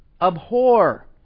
Abhor